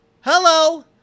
Hello